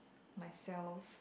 myself